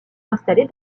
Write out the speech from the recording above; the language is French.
installée